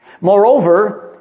Moreover